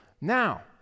Now